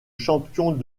champions